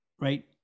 right